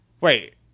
Wait